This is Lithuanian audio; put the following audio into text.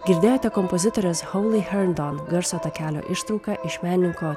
girdėjote kompozitorės hauly henton garso takelio ištrauką iš menininko